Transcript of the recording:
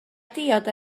diod